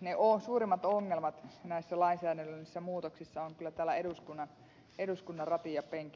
ne suurimmat ongelmat näissä lainsäädännöllisissä muutoksissa ovat kyllä täällä eduskunnan ratin ja penkin välissä